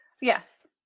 Yes